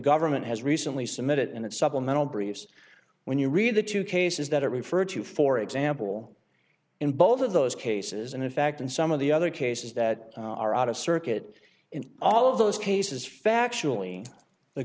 government has recently submitted and it's supplemental briefs when you read the two cases that it referred to for example in both of those cases and in fact in some of the other cases that are out of circuit in all of those cases